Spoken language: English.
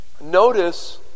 Notice